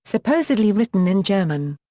supposedly written in german.